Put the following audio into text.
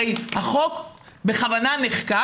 הרי החוק בכוונה נחקק,